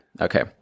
Okay